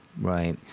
right